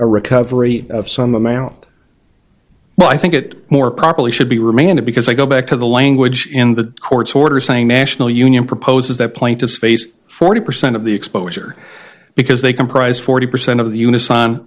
a recovery of some amount well i think it more properly should be remanded because i go back to the language in the court's order saying national union proposes that point of space forty percent of the exposure because they comprise forty percent of the units on